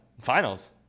finals